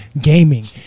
gaming